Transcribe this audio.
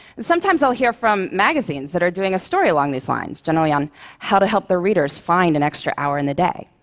sometimes i'll hear from magazines that are doing a story along these lines, generally on how to help their readers find an extra hour in the day.